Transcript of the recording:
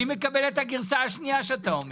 אני מקבל את הגרסה השנייה שאתה אומר.